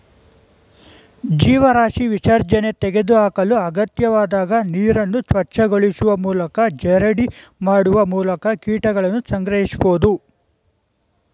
ಜೀವರಾಶಿ ವಿಸರ್ಜನೆ ತೆಗೆದುಹಾಕಲು ಅಗತ್ಯವಾದಾಗ ನೀರನ್ನು ಸ್ವಚ್ಛಗೊಳಿಸುವ ಮೂಲಕ ಜರಡಿ ಮಾಡುವ ಮೂಲಕ ಕೀಟಗಳನ್ನು ಸಂಗ್ರಹಿಸ್ಬೋದು